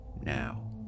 now